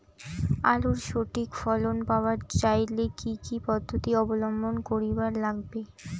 আলুর সঠিক ফলন পাবার চাইলে কি কি পদ্ধতি অবলম্বন করিবার লাগবে?